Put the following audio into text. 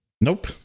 Nope